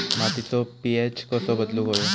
मातीचो पी.एच कसो बदलुक होयो?